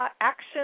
action